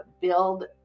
build